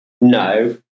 no